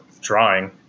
drawing